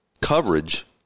coverage